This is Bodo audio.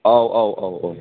औ औ औ औ